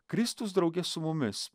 kristus drauge su mumis